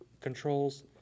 controls